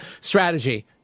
strategy